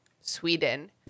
Sweden